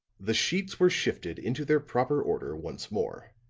the sheets were shifted into their proper order once more.